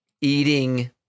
eating